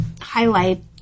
highlight